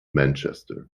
manchester